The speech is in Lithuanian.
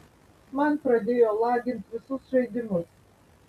man pradėjo lagint visus žaidimus